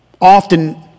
often